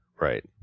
Right